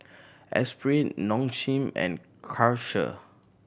Espirit Nong Shim and Karcher